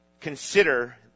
consider